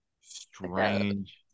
strange